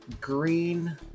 green